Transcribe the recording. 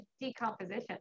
decomposition